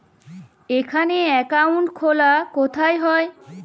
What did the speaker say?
এখানে অ্যাকাউন্ট খোলা কোথায় হয়?